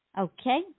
Okay